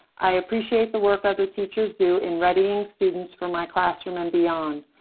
i appreciate the work other teachers do in readying students for my classroom and beyond.